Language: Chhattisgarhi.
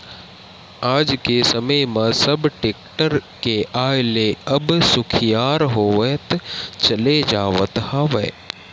आज के समे म सब टेक्टर के आय ले अब सुखियार होवत चले जावत हवय